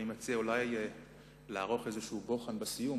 אני מציע אולי לערוך בוחן בסיום,